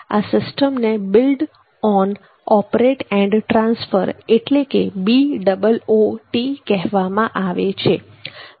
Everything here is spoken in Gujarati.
આ સિસ્ટમને બિલ્ડ ઓન ઓપરેટ અને ટ્રાન્સફર એટલે કે BOOTકહેવામાં આવે છે